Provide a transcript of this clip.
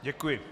Děkuji.